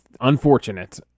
unfortunate